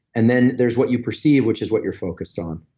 and then there's what you perceive, which is what you're focused on,